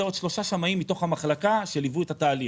עוד שלושה שמאים מתוך המחלקה שליוו את התהליך.